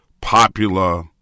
popular